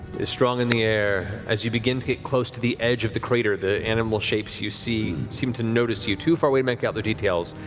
is strong in the air as you begin to get close to the edge of the crater, the animal shapes you see seem to notice you, too far away to make out the details,